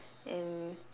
and